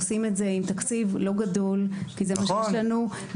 עם תקציב לא גדול כי זה מה שיש לנו,